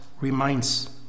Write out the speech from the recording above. reminds